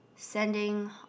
Sending